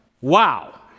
Wow